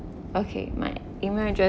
okay my email address